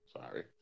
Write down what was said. Sorry